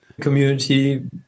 community